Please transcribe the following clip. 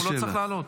הוא לא צריך לעלות.